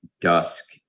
dusk